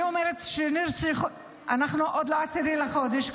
אני אומרת שאנחנו עוד לא ב-10 בחודש,